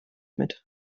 mit